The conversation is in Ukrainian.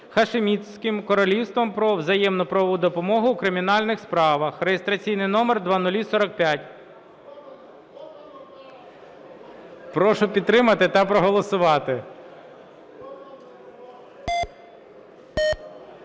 Хашимітським Королівством про взаємну правову допомогу у кримінальних справах (реєстраційний номер 0045). Прошу підтримати та проголосувати.